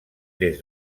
des